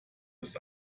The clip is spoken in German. ist